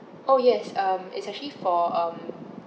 oh yes um it's actually for um